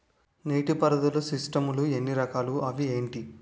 నీటిపారుదల సిస్టమ్ లు ఎన్ని రకాలు? అవి ఏంటి?